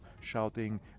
shouting